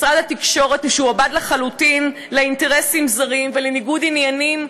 משרד התקשורת משועבד לחלוטין לאינטרסים זרים ולניגוד עניינים,